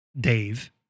Dave